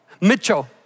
Mitchell